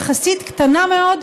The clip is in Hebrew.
יחסית קטנה מאוד,